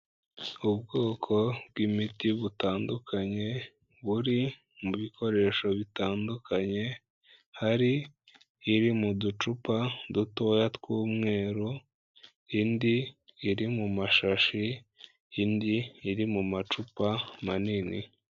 Ubwoko bw'imiti butandukanye buri mu bikoresho bitandukanye, hari iri mu ducupa dutoya tw'umweru, indi iri mu mashashi, indi iri mu macupa manini.